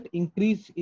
increase